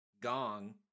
Gong